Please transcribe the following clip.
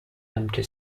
empty